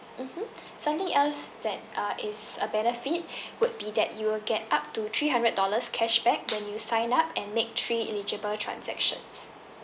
mmhmm something else that uh is a benefit would be that you will get up to three hundred dollars cashback when you sign up and make three eligible transactions